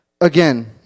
again